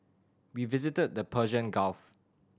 we visited the Persian Gulf